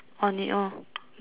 blue stripe